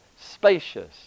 spacious